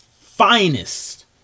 finest